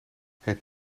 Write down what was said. het